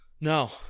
no